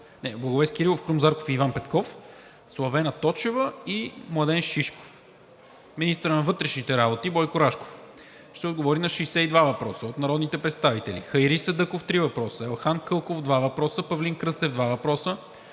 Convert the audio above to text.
Благовест Кирилов, Крум Зарков и Иван Петков; Славена Точева; и Младен Шишков. - министърът на вътрешните работи Бойко Рашков ще отговори на 62 въпроса от народните представители Хайри Садъков – три въпроса; Елхан Кълков – два въпроса; Павлин Кръстев – два въпроса;